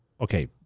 Okay